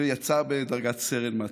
ויצא בדרגת סרן מהצבא.